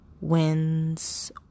wins